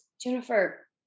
Jennifer